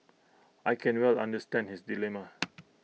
I can well understand his dilemma